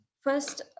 First